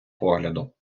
погляду